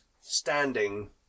standing